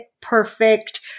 perfect